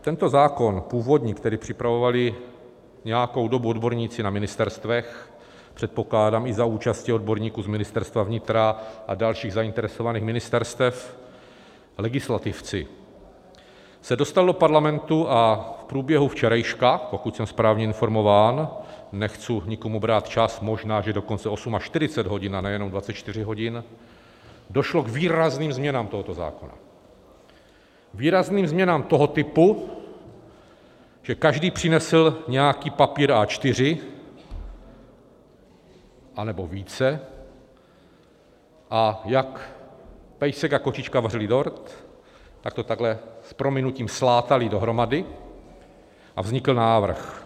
Tento zákon původní, který připravovali nějakou dobu odborníci na ministerstvech, předpokládám, i za účasti odborníků z Ministerstva vnitra a dalších zainteresovaných ministerstev, legislativci, se dostal do parlamentu a v průběhu včerejška, pokud jsem správně informován, nechci nikomu brát čas, možná že dokonce 48 hodin a nejenom 24 hodin, došlo k výrazným změnám tohoto zákona, výrazným změnám toho typu, že každý přinesl nějaký papír A4 anebo více a jak pejsek a kočička vařili dort, tak to takhle s prominutím slátali dohromady a vznikl návrh.